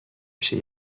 میشه